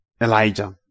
Elijah